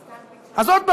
שוב,